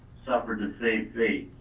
suffered the same fate.